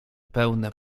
pełne